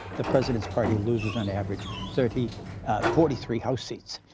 the president's party loses, on average, thirty forty three house seats.